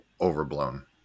overblown